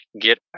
get